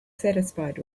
satisfied